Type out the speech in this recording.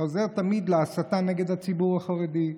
חוזר תמיד להסתה נגד הציבור החרדי,